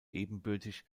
ebenbürtig